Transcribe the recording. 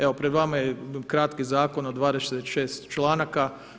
Evo, pred vama je kratki zakon od 26 članaka.